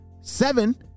seven